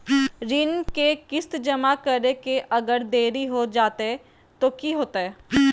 ऋण के किस्त जमा करे में अगर देरी हो जैतै तो कि होतैय?